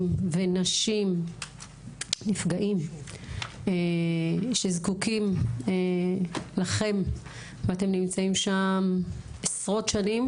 ונשים נפגעים שזקוקים לכם ואתם נמצאים שם עשרות שנים,